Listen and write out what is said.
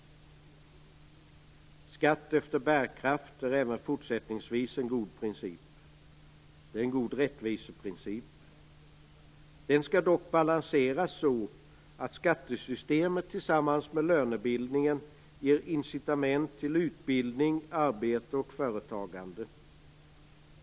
"Skatt efter bärkraft" är även fortsättningsvis en god princip. Det är en god rättviseprincip. Den skall dock balanseras så, att skattesystemet tillsammans med lönebildningen ger incitament till utbildning, arbete och företagande.